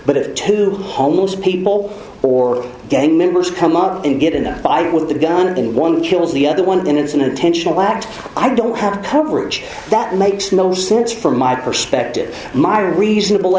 but if the homeless people or gang members come up and get in a bike with a gun and one kills the other one and it's an intentional act i don't have coverage that makes no sense from my perspective my reasonable